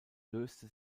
löste